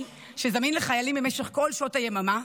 שזמין לחיילים במשך כל שעות היממה,